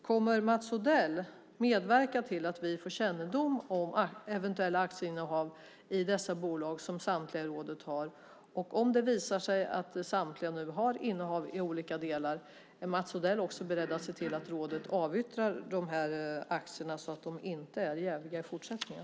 Kommer Mats Odell att medverka till att vi får kännedom om eventuella aktieinnehav i dessa bolag som samtliga personer i rådet har? Om det visar sig att samtliga personer har innehav i olika delar, är Mats Odell då också beredd att se till att rådet avyttrar dessa aktier så att dessa personer inte är jäviga i fortsättningen?